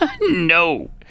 No